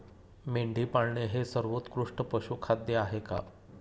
मेंढी पाळणे हे सर्वोत्कृष्ट पशुखाद्य आहे का?